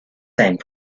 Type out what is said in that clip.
sang